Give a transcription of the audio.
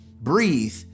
Breathe